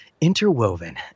interwoven